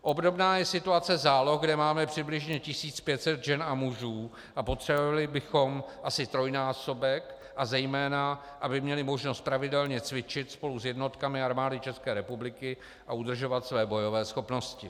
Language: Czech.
Obdobná je situace záloh, kde máme přibližně 1500 žen a mužů, a potřebovali bychom asi trojnásobek, a zejména aby měli možnost pravidelně cvičit spolu s jednotkami Armády České republiky a udržovat své bojové schopnosti.